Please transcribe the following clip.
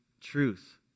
truth